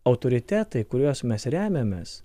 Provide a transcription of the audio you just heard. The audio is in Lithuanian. autoritetai į kuriuos mes remiamės